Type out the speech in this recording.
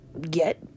get